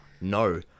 no